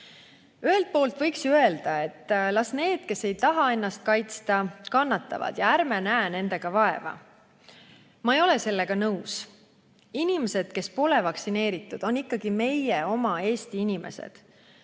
Ühelt poolt võiks ju öelda, et las need, kes ei taha ennast kaitsta, kannatavad ja ärme näeme nendega vaeva. Ma ei ole sellega nõus. Inimesed, kes pole vaktsineeritud, on ikkagi meie oma Eesti inimesed.